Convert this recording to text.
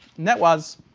and that was,